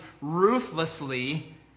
ruthlessly